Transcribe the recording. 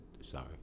Sorry